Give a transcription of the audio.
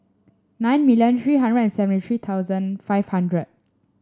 nine million three hundred and seventy three thousand five hundred